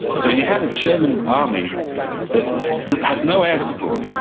so you have a german army that has no air support,